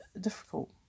difficult